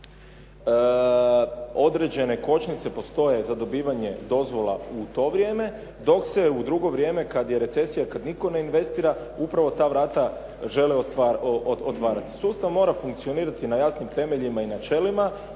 određene kočnice postoje za dobivanje dozvola u to vrijeme, dok se u drugo vrijeme kada je recesija, kada nitko ne investira, upravo ta vrata žele otvarati. Sustav mora funkcionirati na jasnim temeljima i načelima